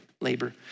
labor